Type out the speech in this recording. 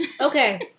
Okay